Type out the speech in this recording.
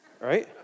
right